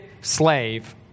slave